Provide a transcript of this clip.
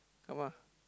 come ah